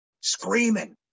screaming